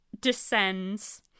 descends